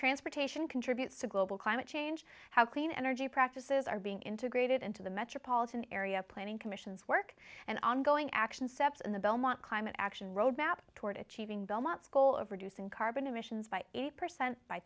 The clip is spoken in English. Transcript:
transportation contributes to global climate change how clean energy practices are being integrated into the metropolitan area planning commission's work and ongoing action steps in the belmont climate action road map toward achieving belmont's goal of reducing carbon emissions by eight percent by